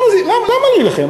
למה להילחם?